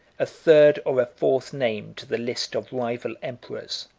a third or a fourth name to the list of rival emperors.